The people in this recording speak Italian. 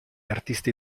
artisti